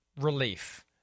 relief